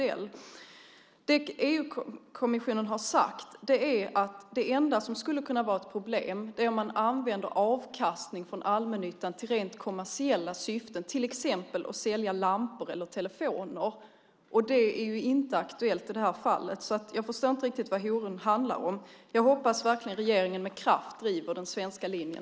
EU-kommissionen har sagt att det enda som skulle kunna vara ett problem är om man använder avkastning från allmännyttan till rent kommersiella syften, till exempel till att sälja lampor eller telefoner, och det är inte aktuellt i det här fallet. Jag förstår inte riktigt vad oron handlar om. Jag hoppas verkligen att regeringen med kraft driver den svenska linjen.